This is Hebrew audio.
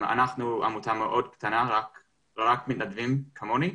אנחנו עמותה מאוד קטנה רק של מתנדבים, כמוני,